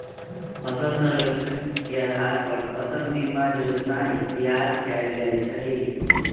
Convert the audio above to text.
फसल सर्वेक्षण के अधार पर फसल बीमा जोजना तइयार कएल जाइ छइ